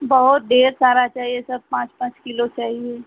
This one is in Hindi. बहुत ढेर सारा चाहिए सब पाँच पाँच किलो चाहिए